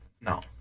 No